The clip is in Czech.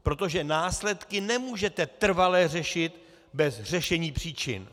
Protože následky nemůžete trvale řešit bez řešení příčin.